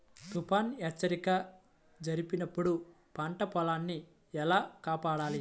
తుఫాను హెచ్చరిక జరిపినప్పుడు పంట పొలాన్ని ఎలా కాపాడాలి?